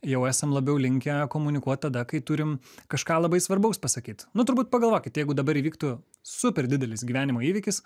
jau esam labiau linkę komunikuot tada kai turim kažką labai svarbaus pasakyt nu turbūt pagalvokit jeigu dabar įvyktų super didelis gyvenimo įvykis